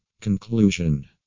Conclusion